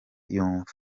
yumva